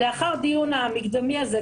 לאחר הדיון המקדמי הזה,